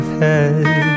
head